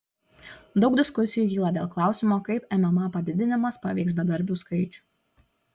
daug diskusijų kyla dėl klausimo kaip mma padidinimas paveiks bedarbių skaičių